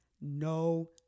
no